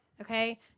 okay